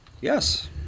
Yes